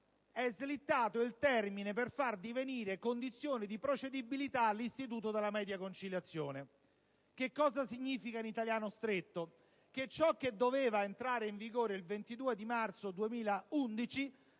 è slittato il termine per far divenire condizione di procedibilità l'istituto della media conciliazione. Questo significa che ciò che doveva entrare in vigore il 22 marzo 2011